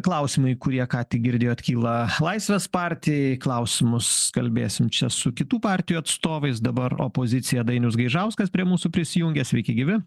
klausimai kurie ką tik girdėjot kyla laisvės partijai klausimus kalbėsim čia su kitų partijų atstovais dabar opozicija dainius gaižauskas prie mūsų prisijungė sveiki gyvi